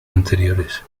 anteriores